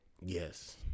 Yes